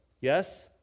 Yes